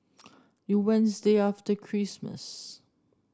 the Wednesday after Christmas